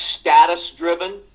status-driven